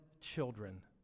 children